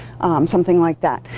something like that.